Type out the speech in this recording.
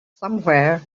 somewhere